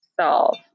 solve